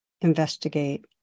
investigate